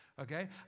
Okay